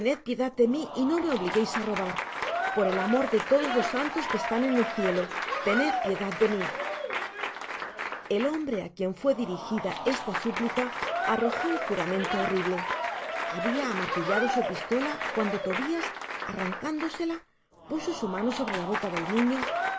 piedad de mi y no me obligueis á robar i por el amor de todos los santos que están en el cielo tened piedad de mi el hombre á quien fué dirijida esta súplica arrojo un juramento horrible habia amartillado su pistola cuando tobias arrancándosela puso su mano sobre la boca del niño y